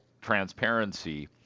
transparency